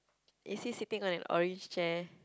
is he sitting on an orange chair